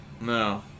No